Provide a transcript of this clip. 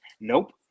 Nope